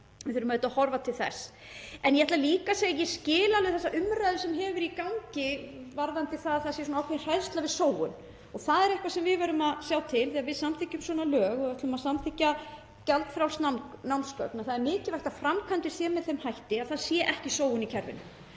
við þurfum auðvitað að horfa til þess. Ég ætla líka að segja að ég skil alveg þessa umræðu sem hefur verið í gangi varðandi það að það sé ákveðin hræðsla við sóun. Það er eitthvað sem við verðum að sjá til þegar við samþykkjum svona lög og ætlum að samþykkja gjaldfrjáls námsgögn, þ.e. að framkvæmdin sé með þeim hætti að það sé ekki sóun í kerfinu,